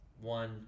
one